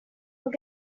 will